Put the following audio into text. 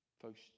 Folks